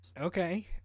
Okay